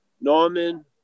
Norman